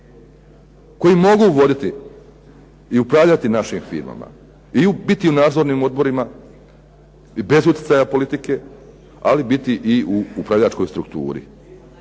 koji mogu voditi i upravljati našim firmama i biti u nadzornim odborima i bez utjecaja politike ali biti i u upravljačkoj strukturi.